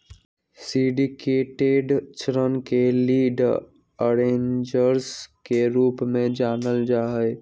syndicated ऋण के lead arrangers के रूप में जानल जा हई